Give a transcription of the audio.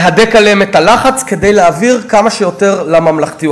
להדק עליהם את הלחץ כדי להעביר כמה שיותר לממלכתי.